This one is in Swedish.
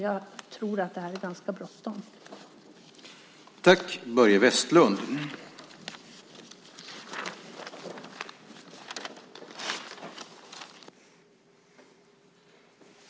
Jag tror att det är ganska bråttom med det här.